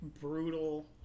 brutal